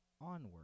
Onward